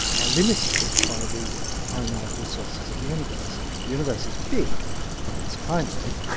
are limited by the finite resources of the universe. the universe is big but it's finite,